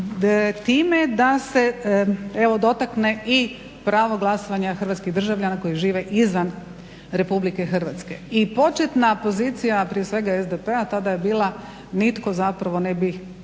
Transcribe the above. time da se dotakne i pravo glasovanja hrvatskih državljana koji žive izvan Republike Hrvatske. I početna pozicija prije svega SDP-a tada je bila nitko zapravo ne bi